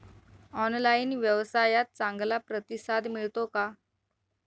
Online व्यवसायात चांगला प्रतिसाद मिळतो का?